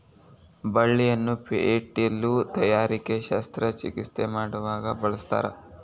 ಬಳ್ಳಿಯನ್ನ ಪೇಟಿಲು ತಯಾರಿಕೆ ಶಸ್ತ್ರ ಚಿಕಿತ್ಸೆ ಮಾಡುವಾಗ ಬಳಸ್ತಾರ